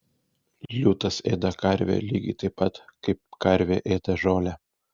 liūtas ėda karvę lygiai taip pat kaip karvė ėda žolę